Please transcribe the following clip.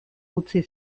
utzi